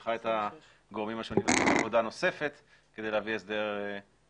ושלחה את הגורמים השונים לעשות עבודה נוספת כדי להביא הסדר אחר.